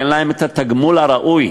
תן להם את התגמול הראוי.